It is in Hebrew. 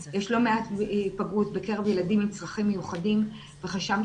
יש לא מעט היפגעות בקרב ילדים עם צרכים מיוחדים וחשבנו